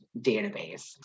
database